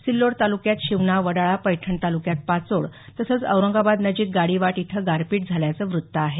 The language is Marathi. सिल्लोड तालुक्यात शिवना वडाळा पैठण तालुक्यात पाचोड तसंच औरंगाबाद नजिक गाडीवाट इथं गारपीट झाल्याचं वृत्त आहे